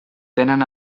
tenen